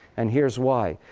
and here's why.